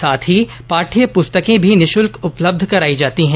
साथ ही पाठ्य पुस्तकें भी निःशुल्क उपलब्ध कराई जाती है